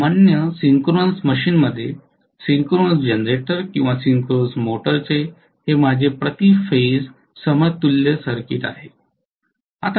तर सामान्य सिंक्रोनस मशीनमध्ये सिंक्रोनस जनरेटर किंवा सिंक्रोनस मोटरचे हे माझे प्रति फेज समतुल्य सर्किट आहे